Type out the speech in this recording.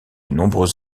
nombreux